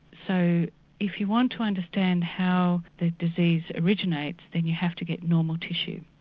so if you want to understand how the disease originates then you have to get normal tissue.